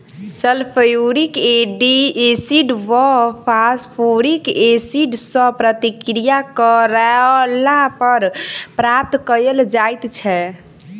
sulphuric acid वा phosphoric acid सॅ प्रतिक्रिया करौला पर प्राप्त कयल जाइत छै